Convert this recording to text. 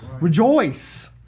Rejoice